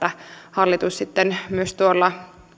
hallitus sitten myös tuolla